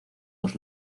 dos